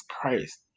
Christ